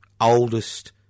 oldest